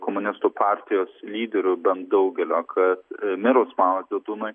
komunistų partijos lyderių bent daugelio kad mirus mao dzedunui